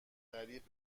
قریب